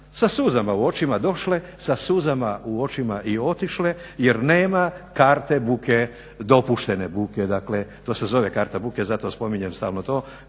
sa suzama u očima došle sa suzama u očima i otišle jer nema karte buke dopuštene buke dakle to se zove karta buke zato spominjem stalno to.